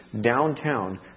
downtown